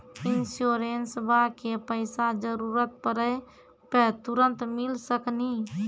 इंश्योरेंसबा के पैसा जरूरत पड़े पे तुरंत मिल सकनी?